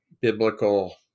biblical